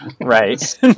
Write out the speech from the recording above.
right